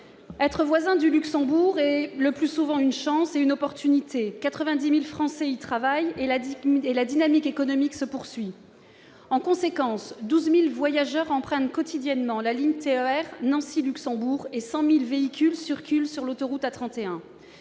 Être voisin du Luxembourg est le plus souvent une opportunité : 90 000 Français y travaillent et la dynamique économique se poursuit. En conséquence, 12 000 voyageurs empruntent quotidiennement la ligne TER Nancy-Luxembourg et 100 000 véhicules circulent sur l'autoroute A31.